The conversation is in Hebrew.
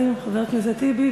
רמדאן כרים, חבר הכנסת טיבי.